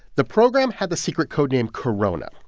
the program had the secret code name corona.